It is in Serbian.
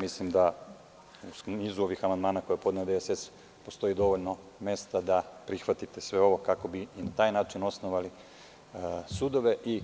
Mislim da u nizu ovih amandmana koje je podnela DSS postoji dovoljno mesta da prihvatite sve ovo, kako bi na taj način osnovali sudove i